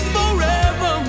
forever